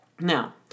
Now